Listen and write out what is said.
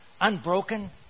unbroken